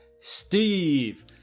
Steve